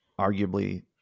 arguably